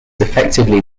effectively